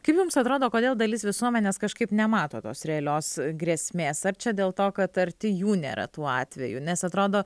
kaip jums atrodo kodėl dalis visuomenės kažkaip nemato tos realios grėsmės ar čia dėl to kad arti jų nėra tų atveju nes atrodo